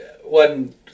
one